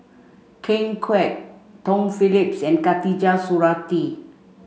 Ken Kwek Tom Phillips and Khatijah Surattee